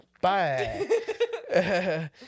bye